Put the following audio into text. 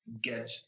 get